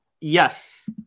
Yes